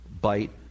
bite